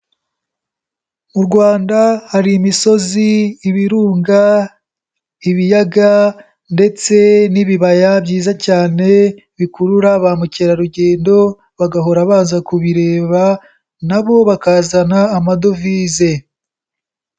Mu Rwanda hari imisozi, ibirunga, ibiyaga ndetse n'ibibaya byiza cyane bikurura ba mukerarugendo bagahora baza kubireba na bo bakazana amadovize.